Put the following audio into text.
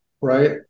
Right